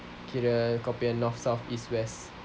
okay the copy north south east west